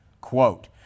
Quote